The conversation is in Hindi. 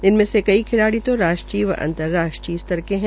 इनमें से कई खिलाड़ी तो राष्ट्रीय व अंतराष्ट्रीय स्तर के है